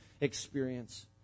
experience